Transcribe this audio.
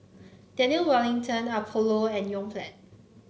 Daniel Wellington Apollo and Yoplait